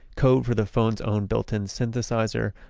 code for the phone's own built-in synthesizer,